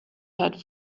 heard